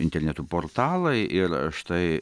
internetų portalai ir štai